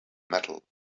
metal